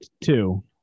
two